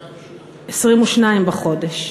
22. 22 בחודש.